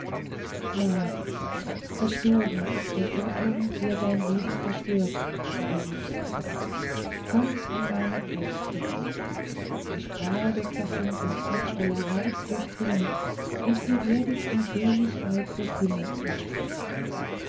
nein verstoben ist der irrtum der dein leben verstörte du geliebtes paar kommt an meine brust geliebte der strahl des karfunkels wird euer herz durchdringen und ihr werdet die seligkeit des himmels genießen